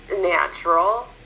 natural